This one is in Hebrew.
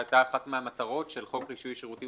זו היתה אחת המטרות של חוק רישוי שירותים